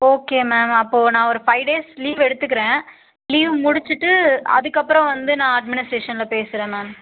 okay ma'am அப்போ நான் ஒரு ஃபை டேஸ் லீவ் எடுத்துக்கிறேன் லீவ் முடிச்சுட்டு அதுக்கப்புறம் வந்து நான் அட்மினிஸ்ட்ரேஷனில் பேசுகிறேன் மேம்